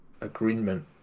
agreement